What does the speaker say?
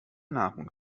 nahrung